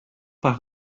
par